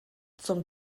zum